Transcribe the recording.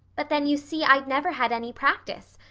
but then, you see, i'd never had any practice.